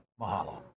Mahalo